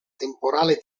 temporale